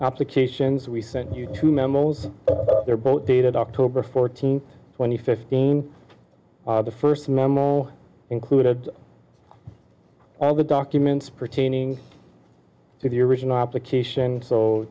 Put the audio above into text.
applications we sent you to memos they're both dated october fourteenth twenty fifteen the first memo included all the documents pertaining to the original application so